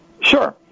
Sure